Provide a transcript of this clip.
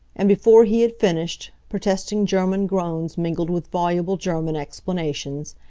and before he had finished, protesting german groans mingled with voluble german explanations.